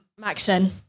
Maxen